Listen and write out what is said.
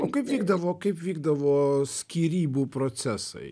o kaip vykdavo kaip vykdavo skyrybų procesai